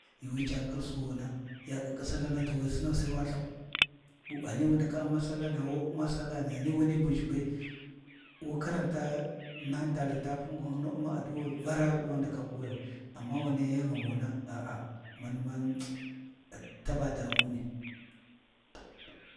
Yuuwi ca ngir Suwuna, ya ƙiƙƙi sallana to wu sinau sai wa lthau ghani wu ndaka U’ma Sallana wu U’mau sallana, ghani wani bu ʒhibai wu karanta nahin ta litapun gwan hinu U’ma addu’i Vara wa ndaka kuwayo, amma wuna yan ghumuna a’a munman taba damuni.